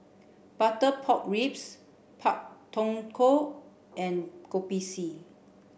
butter pork ribs Pak Thong Ko and Kopi C